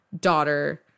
daughter